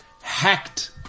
Hacked